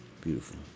Beautiful